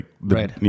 Right